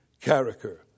character